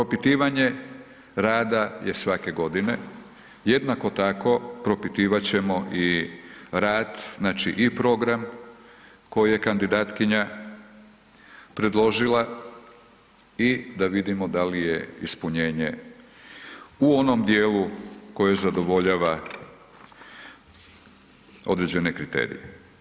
Propitivanje rada je svake godine, jednako tako, propitivat ćemo i rad znači i program koje je kandidatkinja predložila i da vidimo da li je ispunjenje u onom djelu koje zadovoljava određene kriterije.